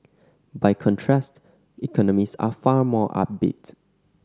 by contrast economists are far more upbeat